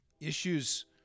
issues